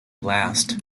blast